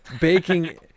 baking